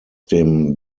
dem